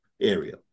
area